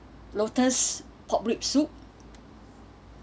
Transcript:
lotus pork rib soup